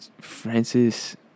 Francis